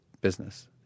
business